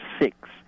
six